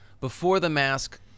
before-the-mask